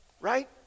Right